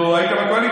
נו, היית בקואליציה.